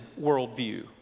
worldview